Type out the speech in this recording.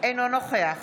אינו נוכח